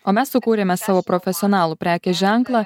o mes sukūrėme savo profesionalų prekės ženklą